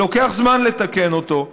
ולוקח זמן לתקן אותו.